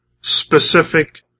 specific